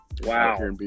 Wow